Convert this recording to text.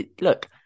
look